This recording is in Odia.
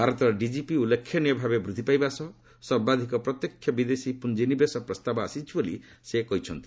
ଭାରତର ଡିକିପି ଉଲ୍ଲେଖନୀୟ ଭାବେ ବୃଦ୍ଧି ପାଇବା ସହ ସର୍ବାଧିକ ପ୍ରତ୍ୟକ୍ଷ ବିଦେଶୀ ପୁଞ୍ଜ ନିବେଶ ପ୍ରସ୍ତାବ ଆସିଛି ବୋଲି ସେ କହିଚ୍ଛନ୍ତି